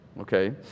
okay